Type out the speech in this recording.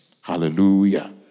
Hallelujah